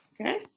okay